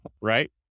right